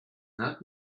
not